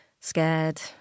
Scared